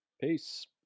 peace